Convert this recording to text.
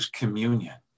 communion